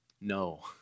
No